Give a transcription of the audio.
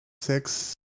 six